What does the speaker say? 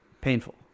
painful